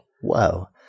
whoa